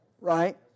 right